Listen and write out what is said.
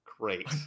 Great